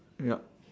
yup